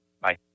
Bye